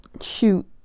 shoot